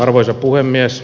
arvoisa puhemies